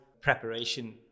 preparation